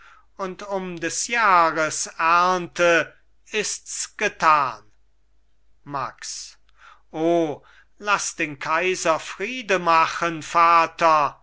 und um des jahres ernte ists getan max o laß den kaiser friede machen vater